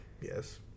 yes